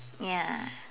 ya